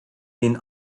been